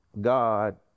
God